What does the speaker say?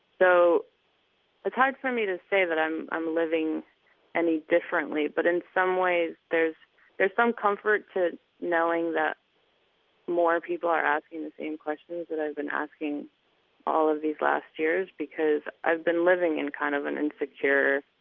so it's hard for me to say that i'm i'm living any differently. but in some ways, there's there's some comfort knowing that more people are asking the same questions that i've been asking all of these last years because i've been living in kind of an insecure